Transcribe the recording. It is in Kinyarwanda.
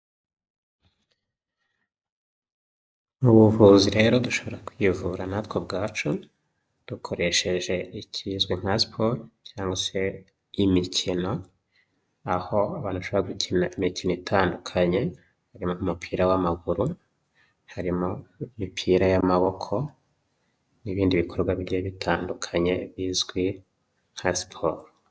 Mu buvuzi rero dushobora kwivura natwe ubwacu, dukoreshejwe ikizwi nka siporo cyangwa se imikino, aho abantu bashobora gukina imikino itandukanye, harimo nk'umupira w'amaguru, harimo imipira y'amaboko n'ibindi bikorwa bigiye bitandukanye bizwi nka siporo.